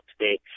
today